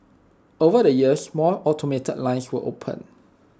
over the years more automated lines were opened